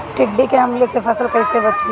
टिड्डी के हमले से फसल कइसे बची?